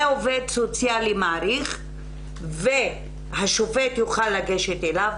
עובד סוציאלי מעריך והשופט יוכל לגשת אליו.